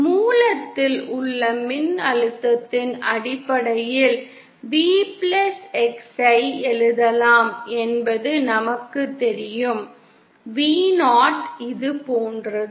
மூலத்தில் உள்ள மின்னழுத்தத்தின் அடிப்படையில் V x ஐ எழுதலாம் என்பது நமக்கு தெரியும் Vo இது போன்றது